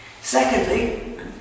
Secondly